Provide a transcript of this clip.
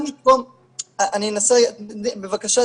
בבקשה,